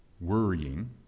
worrying